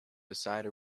beside